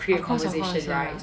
of course of course ya